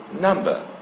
number